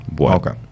Okay